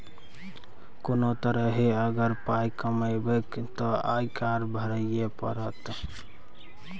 कोनो तरहे अगर पाय कमेबहक तँ आयकर भरइये पड़त